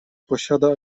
posiada